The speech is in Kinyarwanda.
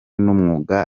n’umwuga